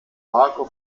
marco